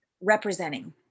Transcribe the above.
representing